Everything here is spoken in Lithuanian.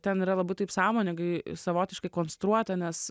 ten yra labai taip sąmoningai savotiškai konstruota nes